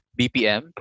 BPM